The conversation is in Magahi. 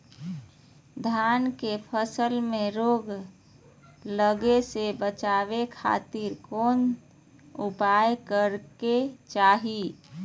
धान के फसल में रोग लगे से बचावे खातिर कौन उपाय करे के चाही?